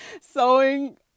Sewing